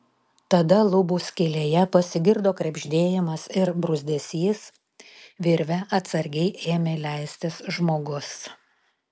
tada lubų skylėje pasigirdo krebždėjimas ir bruzdesys virve atsargiai ėmė leistis žmogus